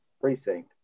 precinct